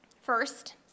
First